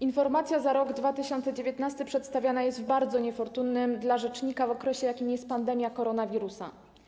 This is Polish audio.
Informacja za rok 2019 przedstawiana jest w bardzo niefortunnym dla rzecznika okresie, jakim jest pandemia koronawirusa.